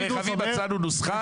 ברכבים מצאנו נוסחה.